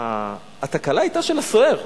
התקלה היתה של הסוהר,